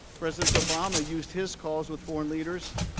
president obama used his calls with foreign leaders,